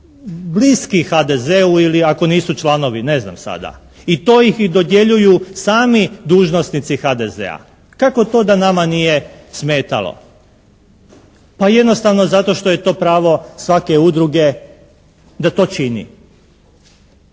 bliski HDZ-u ili ako nisu članovi, ne znam sada. I to ih i dodjeljuju sami dužnosnici HDZ-a. Kako to da nama nije smetalo? Pa jednostavno zato što je to pravo svake udruge da to čini.